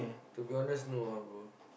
to be honest no ah bro